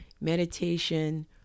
meditation